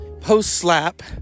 post-slap